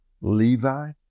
Levi